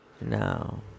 No